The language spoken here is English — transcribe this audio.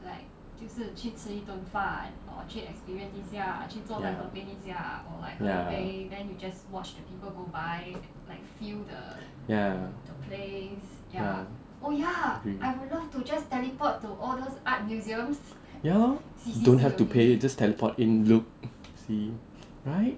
ya ya ya ya mm ya lor don't have to pay just teleport in look see right